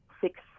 six